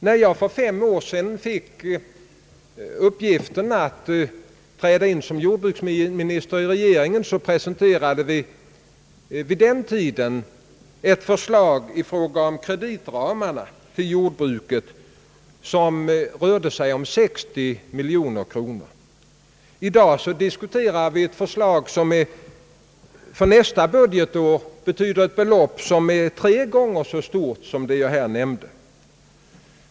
När jag för fem år sedan fick uppgiften att träda in som jordbruksminister i regeringen, presenterade vi ett förslag i fråga om kreditramarna till jordbruket som rörde sig om 60 miljoner kronor. I dag diskuterar vi ett förslag som för nästa budgetår betyder ett tre gånger så stort belopp.